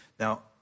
Now